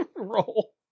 roll